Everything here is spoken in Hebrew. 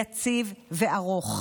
יציב וארוך.